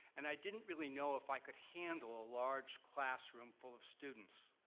and i didn't really know if i could handle a large classroom full of students.